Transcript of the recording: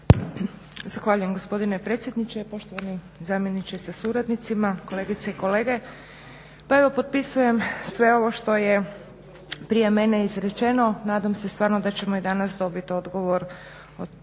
Zahvaljujem gospodine predsjedniče, poštovani zamjeniče sa suradnicima, kolegice i kolege pa evo potpisujem sve ovo što je prije mene izrečeno. Nadam se stvarno da ćemo i danas dobiti odgovor